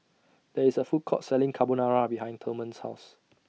There IS A Food Court Selling Carbonara behind Thurman's House